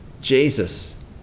Jesus